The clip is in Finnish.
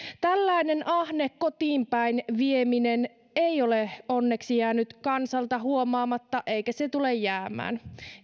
tällainen ahne kotiinpäin vieminen ei ole onneksi jäänyt kansalta huomaamatta eikä se tule jäämään